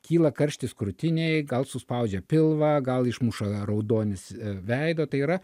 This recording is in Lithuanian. kyla karštis krūtinėj gal suspaudžia pilvą gal išmuša raudonis veidą tai yra